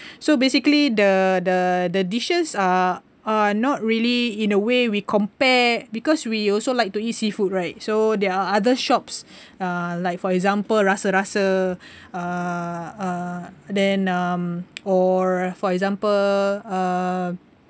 so basically the the dishes are are not really in a way we compare because we also like to eat seafood right so there are other shops uh like for example rasa rasa uh uh then um or for example uh